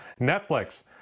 Netflix